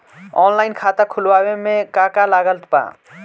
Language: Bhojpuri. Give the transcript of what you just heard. ऑनलाइन खाता खुलवावे मे का का लागत बा?